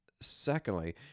secondly